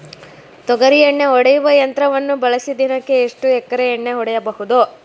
ತೊಗರಿ ಎಣ್ಣೆ ಹೊಡೆಯುವ ಯಂತ್ರವನ್ನು ಬಳಸಿ ದಿನಕ್ಕೆ ಎಷ್ಟು ಎಕರೆ ಎಣ್ಣೆ ಹೊಡೆಯಬಹುದು?